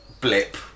blip